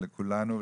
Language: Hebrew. לכולנו,